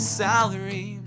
salary